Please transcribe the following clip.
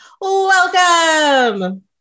Welcome